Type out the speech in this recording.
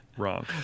wrong